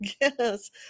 yes